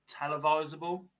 televisable